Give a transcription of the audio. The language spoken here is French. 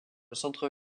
centre